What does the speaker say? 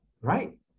right